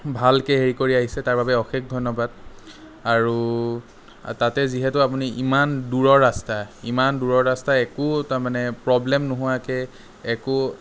ভালকে হেৰি কৰি আহিছে তাৰবাবে অশেষ ধন্যবাদ আৰু তাতে যিহেতু আপুনি ইমান দূৰৰ ৰাস্তা ইমান দূৰৰ ৰাস্তা একো তাৰমানে প্ৰবলেম নোহোৱাকৈ একো